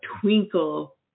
twinkle